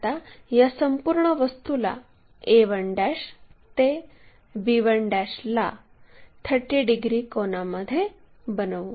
आता या संपूर्ण वस्तूला a1 ते b1 ला 30 डिग्री कोनामध्ये बनवू